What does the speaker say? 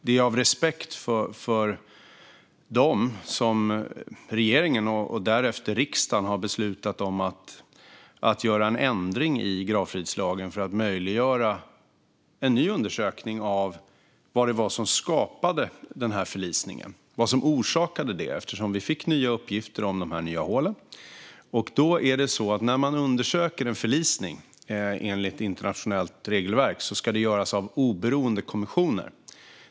Det är av respekt för dem som regeringen och därefter riksdagen har beslutat att göra en ändring i gravfridslagen för att möjliggöra en ny undersökning av vad som orsakade förlisningen. Vi hade ju fått nya uppgifter om nya hål. När man undersöker en förlisning ska det enligt internationellt regelverk göras av oberoende kommissioner.